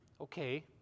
okay